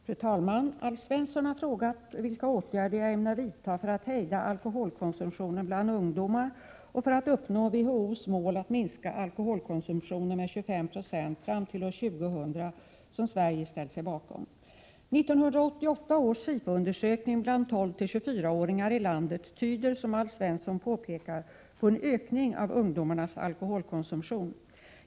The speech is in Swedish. Fru talman! Alf Svensson har frågat mig vilka åtgärder jag ämnar vidta för att hejda alkoholkonsumtionen bland ungdomar och för att uppnå WHO:s mål att minska alkoholkonsumtionen med 25 26 fram till år 2000, som Sverige ställt sig bakom. 1988 års Sifoundersökning bland 12—24-åringar i landet tyder, som Alf Svensson påpekar, på en ökning av ungdomarnas alkoholkonsumtion.